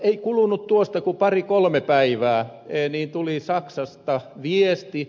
ei kulunut tuosta kuin pari kolme päivää niin tuli saksasta viesti